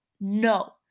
no